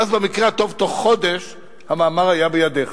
ואז במקרה הטוב בתוך חודש המאמר היה בידיך.